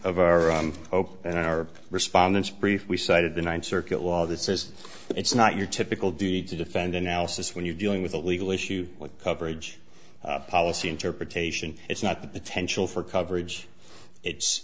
of our open our respondents brief we cited the ninth circuit law that says it's not your typical duty to defend analysis when you're dealing with a legal issue with coverage policy interpretation it's not the potential for coverage it's